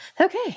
Okay